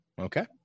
Okay